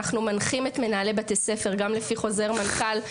אנחנו מנחים את מנהלי בתי הספר גם לפי חוזר מנכ"ל,